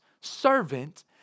servant